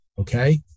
Okay